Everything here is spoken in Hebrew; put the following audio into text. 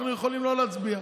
אנחנו יכולים לא להצביע.